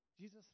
Jesus